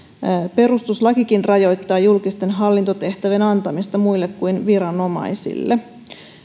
perustuslakikin rajoittaa julkisten hallintotehtävien antamista muille kuin viranomaisille